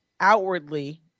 outwardly